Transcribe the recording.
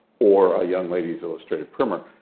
or, a young lady's illustrated primer.